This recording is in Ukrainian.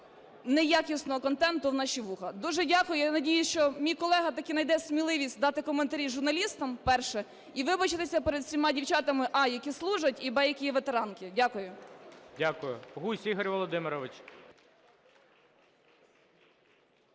неякісного контенту в наші вуха. Дуже дякую. І я надіюсь, що мій колега таки знайде сміливість дати коментарі журналістам, перше, і вибачитися перед всіма дівчатами: а) які служать і б) які є ветеранки. Дякую. ГОЛОВУЮЧИЙ. Дякую. Гузь Ігор Володимирович.